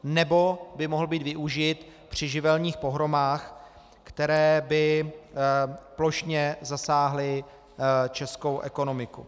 Nebo by mohl být využit při živelních pohromách, které by plošně zasáhly českou ekonomiku.